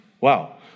Wow